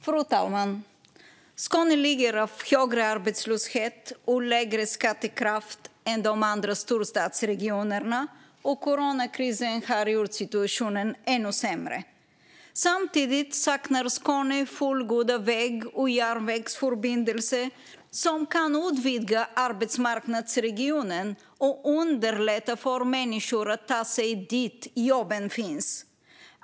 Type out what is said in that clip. Fru talman! Skåne lider av högre arbetslöshet och lägre skattekraft än de andra storstadsregionerna, och coronakrisen har gjort situationen ännu sämre. Samtidigt saknar Skåne fullgoda väg och järnvägsförbindelser som kan utvidga arbetsmarknadsregionen och underlätta för människor att ta sig dit där jobben finns.